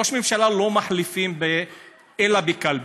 ראש ממשלה לא מחליפים אלא בקלפי.